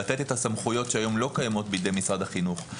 לתת את הסמכויות שהיום לא קיימות בידי משרד החינוך,